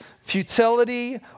futility